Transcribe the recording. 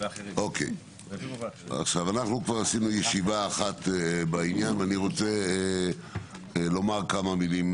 אנחנו כבר עשינו ישיבה אחת בעניין ואני רוצה לומר כמה מילים,